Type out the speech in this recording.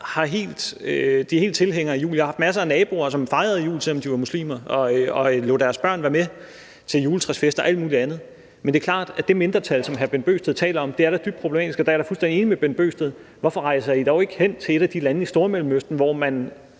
er tilhængere af julen. Jeg har haft masser af naboer, som fejrede jul, selv om de var muslimer, og lod deres børn være med til juletræsfester og alt muligt andet. Men det er klart, at det mindretal, som hr. Bent Bøgsted taler om, da er dybt problematisk, og der er jeg da fuldstændig enig med hr. Bent Bøgsted: Hvorfor rejser I ikke hen til et af de lande i Stormellemøsten, hvor man